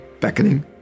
beckoning